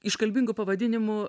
iškalbingu pavadinimu